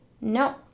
No